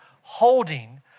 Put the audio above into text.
holding